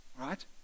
right